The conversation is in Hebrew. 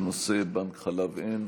בנושא: בנק חלב אם.